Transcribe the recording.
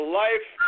life